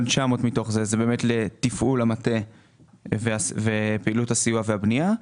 מתוכו לתפעול המטה ופעילות הסיוע והבנייה,